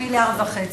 מיליארד וחצי.